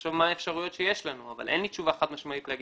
ולחשוב מה האפשרויות שיש לנו אבל אין לי תשובה חד משמעית לומר